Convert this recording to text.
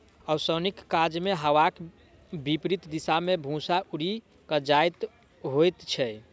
ओसौनीक काजमे हवाक विपरित दिशा मे भूस्सा उड़ि क जमा होइत छै